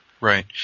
Right